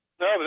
No